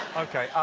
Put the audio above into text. ok,